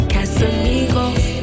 Casamigos